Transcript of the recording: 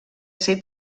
ser